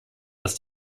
dass